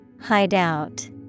Hideout